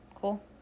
Cool